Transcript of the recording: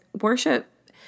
worship